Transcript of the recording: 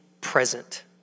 present